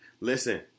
Listen